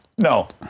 No